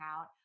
out